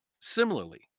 similarly